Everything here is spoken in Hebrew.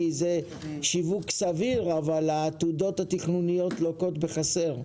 זה שיווק סביר אבל העתודות התכנוניות לוקות בחסר.